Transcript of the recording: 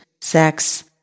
sex